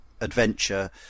adventure